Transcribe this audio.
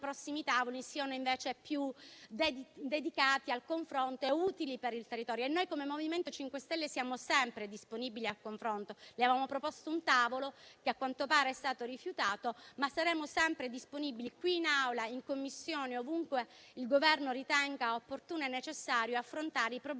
prossimi tavoli siano invece più dedicati al confronto e utili per il territorio. Come MoVimento 5 Stelle siamo sempre disponibili al confronto. Avevamo proposto un tavolo, che a quanto pare è stato rifiutato, ma saremo sempre disponibili qui, in Assemblea, in Commissione e ovunque il Governo ritenga opportuno e necessario affrontare i problemi